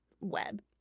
web